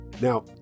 Now